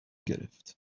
گرفت